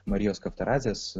marijos kaptarazdės